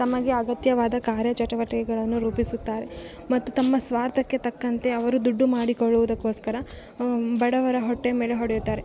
ತಮಗೆ ಅಗತ್ಯವಾದ ಕಾರ್ಯ ಚಟುವಟಿಕೆಗಳನ್ನು ರೂಪಿಸುತ್ತಾರೆ ಮತ್ತು ತಮ್ಮ ಸ್ವಾರ್ಥಕ್ಕೆ ತಕ್ಕಂತೆ ಅವರು ದುಡ್ಡು ಮಾಡಿಕೊಳ್ಳುದುಕೋಸ್ಕರ ಬಡವರ ಹೊಟ್ಟೆ ಮೇಲೆ ಹೊಡೆಯುತ್ತಾರೆ